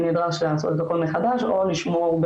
נדרש לעשות את הכל מחדש או לשמור,